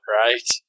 right